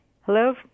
Hello